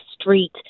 street